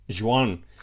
Juan